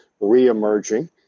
re-emerging